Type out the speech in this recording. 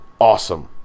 awesome